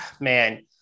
man